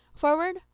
forward